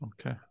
Okay